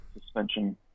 suspension